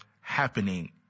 happening